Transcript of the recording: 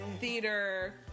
theater